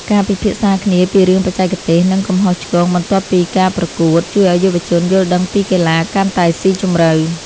ការពិភាក្សាគ្នាពីរឿងបច្ចេកទេស និងកំហុសឆ្គងបន្ទាប់ពីការប្រកួត ជួយឱ្យយុវជនយល់ដឹងពីកីឡាកាន់តែស៊ីជម្រៅ។